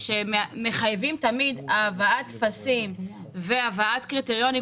שמחייבים תמיד הבאת טפסים והבאת קריטריונים,